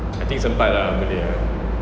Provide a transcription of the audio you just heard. I think sempat ah boleh ah